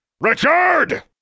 Richard